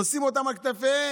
נושאים אותם על כתפיהם.